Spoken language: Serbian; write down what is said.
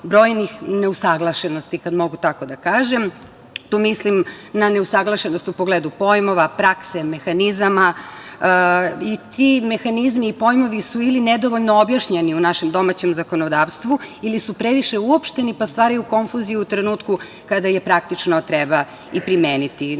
brojnih neusaglašenosti, kada mogu tako da kažem. Tu mislim na neusaglašenost u pogledu pojmova, prakse, mehanizama. Ti mehanizmi i pojmovi su ili nedovoljno objašnjeni u našem domaćem zakonodavstvu ili su previše uopšteni, pa stvaraju konfuziju u trenutku kada je praktično treba i primeniti. Na to